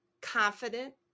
confident